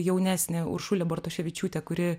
jaunesnė uršulė bartoševičiūtė kuri